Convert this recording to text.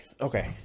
okay